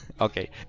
Okay